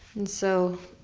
and so,